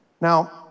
Now